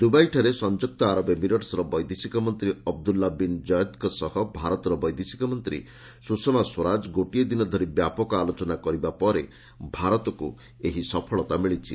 ଦୁବାଇଠାରେ ସଂଯୁକ୍ତ ଆରବ ଏମିରେଟ୍ସର ବୈଦେଶିକ ମନ୍ତ୍ରୀ ଅବଦୁଲ୍ଲା ବିନ୍ ଜୟେଦ୍ଙ୍କ ସହ ଭାରତର ବୈଦେଶିକମନ୍ତ୍ରୀ ସୁଷମା ସ୍ୱରାଜ ଗୋଟିଏ ଦିନ ଧରି ବ୍ୟାପକ ଆଲୋଚନା କରିବା ପରେ ଭାରତକୁ ଏହି ସଫଳତା ମିଳିଛି